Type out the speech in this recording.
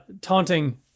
taunting